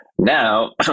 now